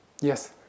Yes